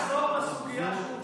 אולי תחזור לסוגיה שוב.